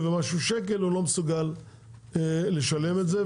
ומשהו שקלים הוא לא מסוגל לשלם את זה.